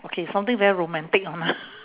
okay something very romantic lah